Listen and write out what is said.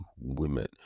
women